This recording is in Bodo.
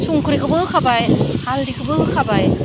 संख्रिखौबो होखाबाय हालदिखौबो होखाबाय